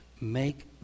Make